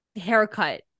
haircut